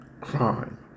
crime